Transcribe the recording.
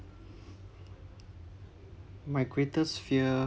my greatest fear